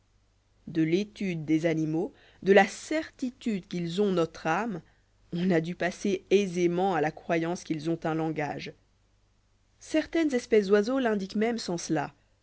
de l'étude des animaux de la cer titude qu'ils ont notre âme on a dû passer aisément à la croyance qu'ils ont un langage certaines espèces d'oiseaux l'indiquent même sans cela